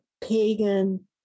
pagan